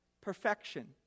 perfection